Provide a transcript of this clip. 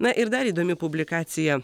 na ir dar įdomi publikacija